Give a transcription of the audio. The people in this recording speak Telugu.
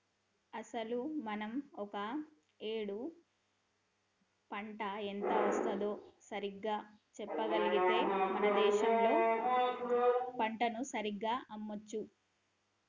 అసలు మనం ఒక ఏడు పంట ఎంత వేస్తుందో సరిగ్గా చెప్పగలిగితే దేశంలో పంటను సరిగ్గా అమ్మొచ్చు